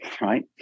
right